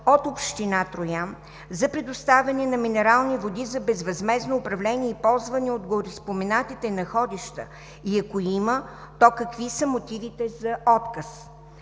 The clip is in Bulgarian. от община Троян за предоставяне на минерални води за безвъзмездно управление и ползване от гореспоменатите находища и ако има, то какви са мотивите за отказ?